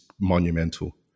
monumental